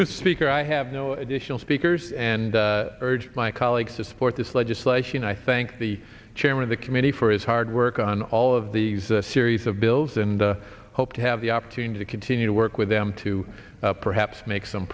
the speaker i have no additional speakers and urged my colleagues to support this legislation and i thank the chairman of the committee for his hard work on all of these a series of bills and hope to have the opportunity to continue to work with them to perhaps make some